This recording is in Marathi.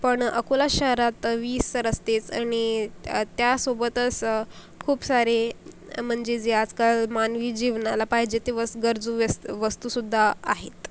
पण अकोला शहरात वीस रस्तेच आणि त्यासोबतस खूप सारे म्हणजे जे आजकाल मानवी जीवनाला पाहिजे ते वस गरजू वेस वस्तूसुद्धा आहेत